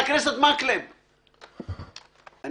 אני